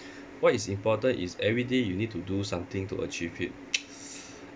what is important is every day you need to do something to achieve it